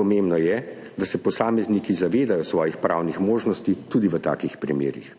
Pomembno je, da se posamezniki zavedajo svojih pravnih možnosti tudi v takih primerih.